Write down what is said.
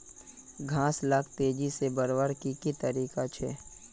घास लाक तेजी से बढ़वार की की तरीका छे?